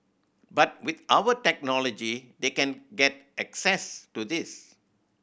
but with our technology they can get access to this